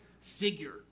figure